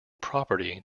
property